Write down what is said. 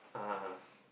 ah